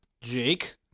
Jake